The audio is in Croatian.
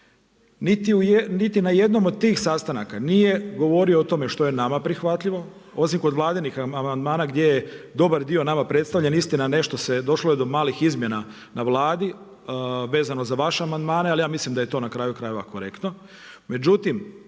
niti na jednom od tih sastanaka nije govorio o tome što je nama prihvatljivo, osim kod vladinih amandmana gdje je dobar dio nama predstavljen istina došlo je do malih izmjena na vladi vezano za vaše amandmane, ali ja mislim da je to na kraju krajeva korektno,